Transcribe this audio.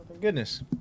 goodness